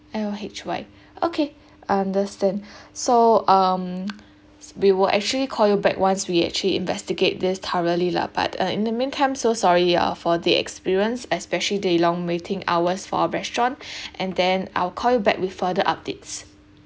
L H Y okay understand so um we will actually call you back once we actually investigate this thoroughly lah but uh in the meantime so sorry ah for the experience especially the long waiting hours for restaurant and then I'll call you back with further updates